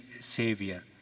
savior